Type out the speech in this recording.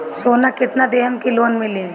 सोना कितना देहम की लोन मिली?